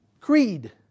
creed